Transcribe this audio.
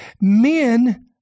men